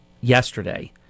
yesterday